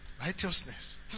Righteousness